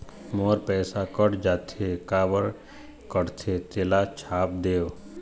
मोर पैसा कट जाथे काबर कटथे तेला छाप देव?